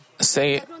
say